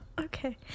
okay